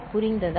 புரிந்ததா